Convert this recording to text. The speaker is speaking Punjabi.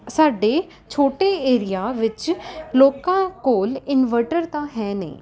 ਸਾਡੇ ਛੋਟੇ ਏਰੀਆ ਵਿੱਚ ਲੋਕਾਂ ਕੋਲ ਇਨਵਟਰ ਤਾਂ ਹੈ ਨਹੀਂ